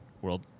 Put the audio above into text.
World